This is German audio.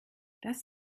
das